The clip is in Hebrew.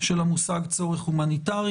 של המושג "צורך הומניטרי".